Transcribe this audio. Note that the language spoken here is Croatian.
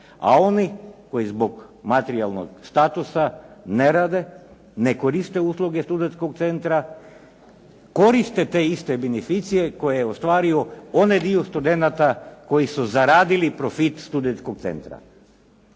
a oni koji zbog materijalnog statusa ne rade, ne koriste usluge Studentskog centra koriste te iste beneficije koje je ostvario onaj dio studenata koji su zaradili profit Studentskog centra.